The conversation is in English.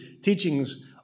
teachings